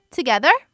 Together